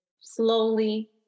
slowly